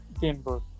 Denver